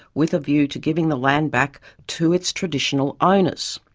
with a view to giving the land back to its traditional owners.